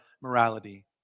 morality